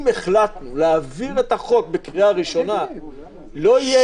אם החלטנו להעביר את החוק בקריאה ראשונה לא יהיה